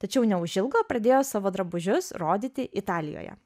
tačiau neužilgo pradėjo savo drabužius rodyti italijoje